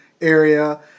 area